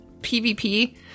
pvp